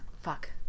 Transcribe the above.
Fuck